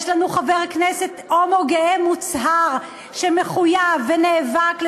יש לנו חבר כנסת הומו גאה מוצהר שמחויב ונאבק על